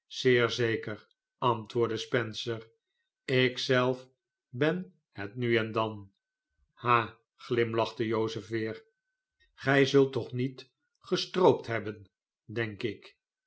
zeer zeker antwoordde spencer ik zelf ben het nu en dan ha glimlachte jozef weer gij zult toch niet gestroopt hebben denk ik